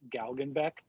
Galgenbeck